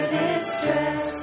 distress